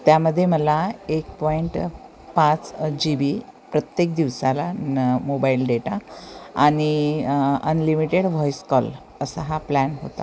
त्यामध्ये मला एक पॉइंट पाच जी बी प्रत्येक दिवसाला न मोबाईल डेटा आणि अनलिमिटेड व्हॉईस कॉल असा हा प्लॅन होता